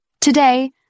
Today